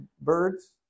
birds